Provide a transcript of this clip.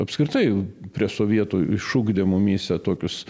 apskritai prie sovietų išugdė mumyse tokius